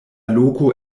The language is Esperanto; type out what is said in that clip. loko